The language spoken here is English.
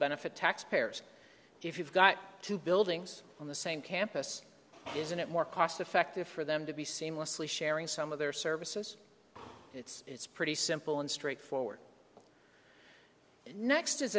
benefit taxpayers if you've got two buildings on the same campus isn't it more cost effective for them to be seamlessly sharing some of their services it's pretty simple and straightforward next is